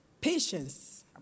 Patience